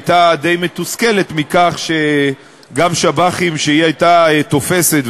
הייתה די מתוסכלת מכך שגם שב"חים שהיא הייתה תופסת,